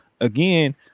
again